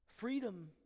Freedom